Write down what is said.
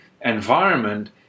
environment